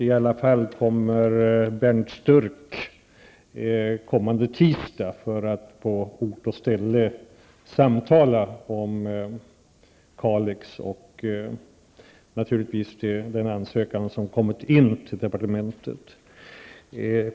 Under alla förhållanden kommer Bernt Sturk nästa tisdag för att på ort och ställe samtala om Kalix och naturligtvis om den ansökan som kommit in till departementet.